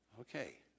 Okay